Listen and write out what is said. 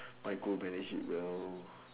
micromanage it you know